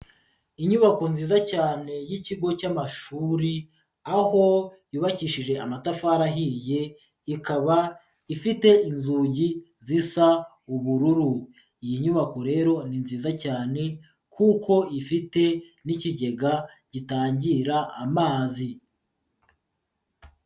Inyubako nziza cyane y'ikigo cy'amashuri aho yubakishije amatafari ahiye, ikaba ifite inzugi zisa ubururu, iyi nyubako rero ni nziza cyane kuko ifite n'ikigega gitangira amazi.